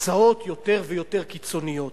הצעות יותר ויותר קיצוניות,